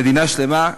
מדינה שלמה,